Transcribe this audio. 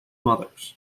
mothers